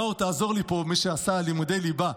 נאור, תעזור לי פה, מי שעשה לימודי ליבה.